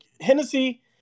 Hennessy